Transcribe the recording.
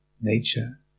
nature